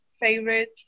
favorite